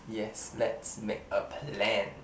yes lets make a plan